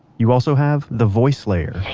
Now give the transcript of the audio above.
you also have the voice layer.